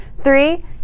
Three